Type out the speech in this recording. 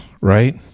right